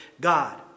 God